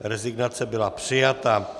Rezignace byla přijata.